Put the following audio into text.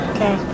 Okay